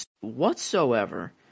Whatsoever